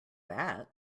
that